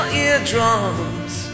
eardrums